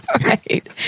Right